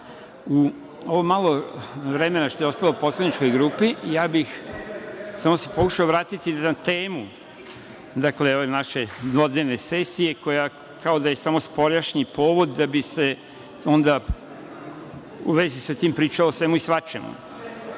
Za ovo malo vremena što je ostalo poslaničkoj grupi, ja bih pokušao da se vratim na temu ove naše dvodnevne sesije koja kao da je samo spoljašnji povod da bi se onda u vezi sa tim pričalo o svemu i svačemu.